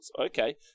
Okay